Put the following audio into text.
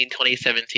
2017